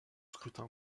scrutin